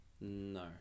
No